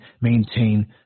maintain